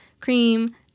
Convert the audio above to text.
cream